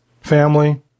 family